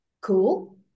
Cool